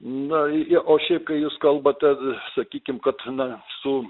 nauji ošė kai jūs kalbate apie sakykime kabiną su